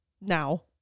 now